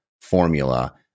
formula